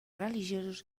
religiosos